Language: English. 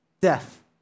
death